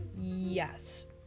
yes